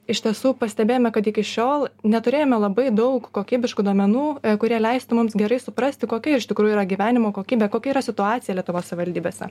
iš tiesų pastebėjome kad iki šiol neturėjome labai daug kokybiškų duomenų kurie leistų mums gerai suprasti kokia iš tikrųjų yra gyvenimo kokybė kokia yra situacija lietuvos savivaldybėse